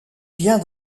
bien